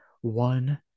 one